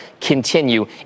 continue